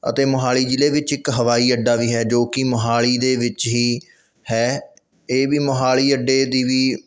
ਅਤੇ ਮੋਹਾਲੀ ਜ਼ਿਲ੍ਹੇ ਵਿੱਚ ਇੱਕ ਹਵਾਈ ਅੱਡਾ ਵੀ ਹੈ ਜੋ ਕਿ ਮੋਹਾਲੀ ਦੇ ਵਿੱਚ ਹੀ ਹੈ ਇਹ ਵੀ ਮੋਹਾਲੀ ਅੱਡੇ ਦੀ ਵੀ